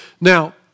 Now